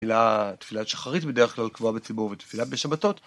תפילת שחרית בדרך כלל קבועה בציבור ותפילה בשבתות.